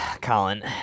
Colin